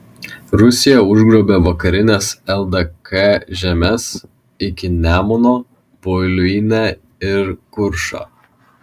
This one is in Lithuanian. rusija užgrobė vakarines ldk žemes iki nemuno voluinę ir kuršą